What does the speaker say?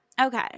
okay